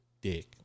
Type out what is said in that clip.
dick